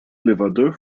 elevador